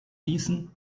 gießen